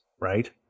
right